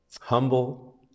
Humble